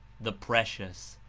the precious,